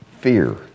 fear